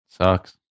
Sucks